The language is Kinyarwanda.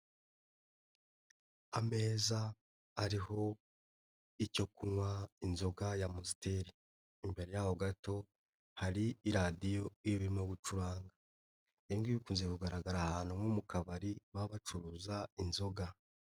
Ameza ariho icyo kunywa inzoga y'Amstel, imbere yaho gato, hari iradiyo irimo gucuranga, ibi ngibi bikunze kugaragara ahantu nko mu kabari, baba bacuruza inzoga.